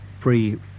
free